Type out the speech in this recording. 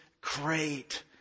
great